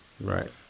Right